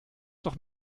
noch